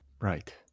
Right